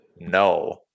No